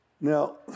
Now